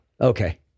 Okay